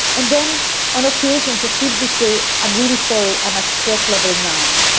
and then on occasion, just simply say, i'm really sorry. i'm at stress level nine.